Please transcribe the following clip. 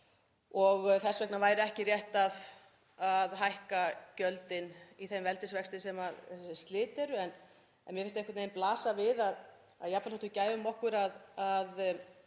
og þess vegna væri ekki rétt að hækka gjöldin í þeim veldisvexti sem þessi slit eru en mér finnst einhvern veginn blasa við að jafnvel þótt við gæfum okkur að